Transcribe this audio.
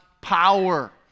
power